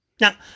Now